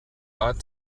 ought